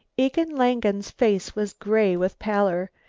egon langen's face was grey with pallor,